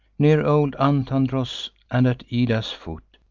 near old antandros, and at ida's foot,